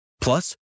Plus